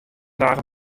dagen